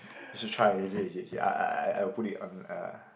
you should try legit legit legit I I I I'll put it on a